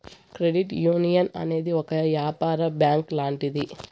credit union అనేది ఒక యాపార బ్యాంక్ లాంటిది